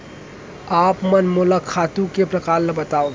आप मन मोला खातू के प्रकार ल बतावव?